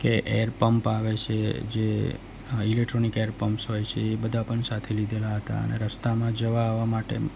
કે air pump આવે છે જે ઈલેક્ટ્રોનિક એર પંપ્સ હોય છે એ બધા પણ સાથે લીધેલા હતા અને રસ્તામાં જવા આવવા માટે